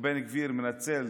ובן גביר מנצל